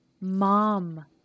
mom